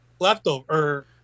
Leftover